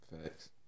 Thanks